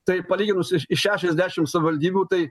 tai palyginus iš šešiasdešim savivaldybių tai